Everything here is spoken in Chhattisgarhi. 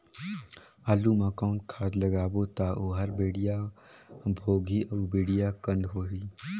आलू मा कौन खाद लगाबो ता ओहार बेडिया भोगही अउ बेडिया कन्द होही?